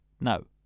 No